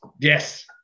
Yes